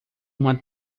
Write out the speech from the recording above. uma